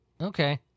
Okay